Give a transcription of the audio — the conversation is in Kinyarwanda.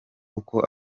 uko